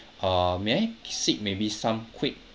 uh may I seek maybe some quick